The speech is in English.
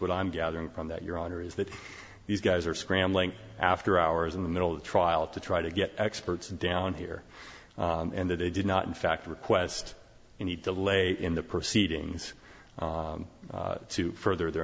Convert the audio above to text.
what i'm gathering from that your honor is that these guys are scrambling after hours in the middle of the trial to try to get experts and down here and they did not in fact request you need to lay in the proceedings to further their